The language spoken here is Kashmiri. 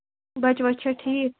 بَچہٕ وَچہٕ چھا ٹھیٖک